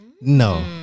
No